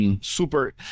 super